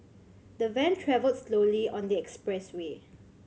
the van travelled slowly on the expressway